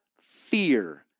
fear